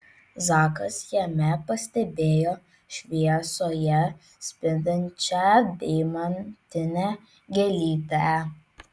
zakas jame pastebėjo šviesoje spindinčią deimantinę gėlytę